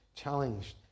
challenged